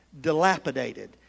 dilapidated